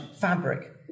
fabric